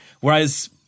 Whereas